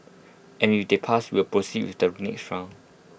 and if they pass we'll proceed with the next round